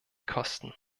kosten